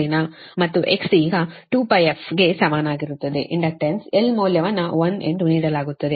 ಮತ್ತು X ಆಗ 2πf ಗೆ ಸಮನಾಗಿರುತ್ತದೆ ಇಂಡಕ್ಟಾನ್ಸ್ L ಮೌಲ್ಯವನ್ನು 1 ಎಂದು ನೀಡಲಾಗುತ್ತದೆ